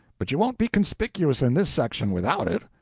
but you won't be conspicuous in this section without it.